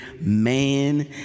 man